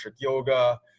Yoga